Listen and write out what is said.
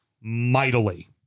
mightily